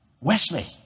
Wesley